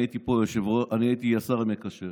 אני הייתי השר המקשר,